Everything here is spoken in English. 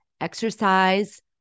exercise